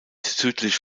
südlich